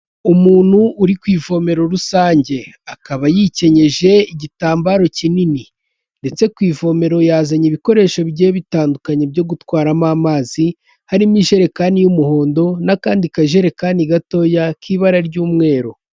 Umuntu uri ku ivomero rusange, akaba yikenyeje igitambaro kinini ndetse ku ivomero yazanye ibikoresho bigiye bitandukanye byo gutwaramo amazi, harimo ijerekani y'umuhondo n'akandi kajerekani gatoya k'ibara ry'umweru.